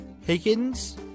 Higgins